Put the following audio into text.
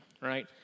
right